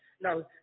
No